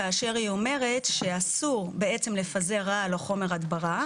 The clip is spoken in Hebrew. כאשר היא אומרת שאסור בעצם לפזר רעל או חומר הדברה,